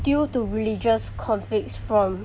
due to religious conflicts from